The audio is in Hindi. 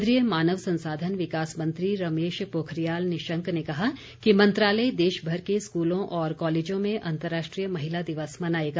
केन्द्रीय मानव संसाधन विकास मंत्री रमेश पोखरियाल निशंक ने कहा कि मंत्रालय देशभर के स्कूलों और कॉलेजों में अंतरराष्ट्रीय महिला दिवस मनाएगा